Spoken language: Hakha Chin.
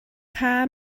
kha